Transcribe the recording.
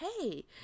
hey